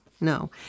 no